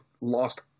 lost